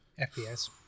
FPS